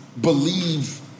believe